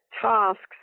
tasks